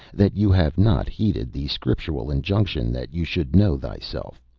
that you have not heeded the scriptural injunction that you should know thyself.